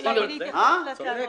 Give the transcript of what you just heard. אתה צודק.